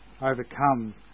overcome